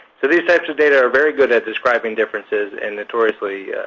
so these types of data are very good at describing differences and notoriously